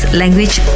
language